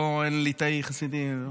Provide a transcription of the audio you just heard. אין ליטאי, חסידי וזה?